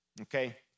Okay